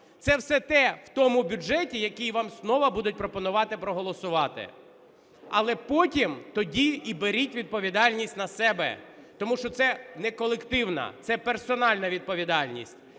Це все те в тому бюджеті, який вам знову будуть пропонувати проголосувати. Але потім тоді і беріть відповідальність на себе, тому що це не колективна, це персональна відповідальність: